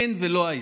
אין ולא היה.